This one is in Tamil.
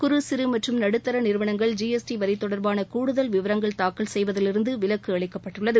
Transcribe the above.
குறு சிறு மற்றும் நடுத்தர நிறுவனங்கள் ஜிஎஸ்டி வரி தொடர்பான கூடுதல் விவரங்கள் தாக்கல் செய்வதிலிருந்து விலக்கு அளிக்கப்பட்டுள்ளது